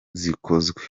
zikozwe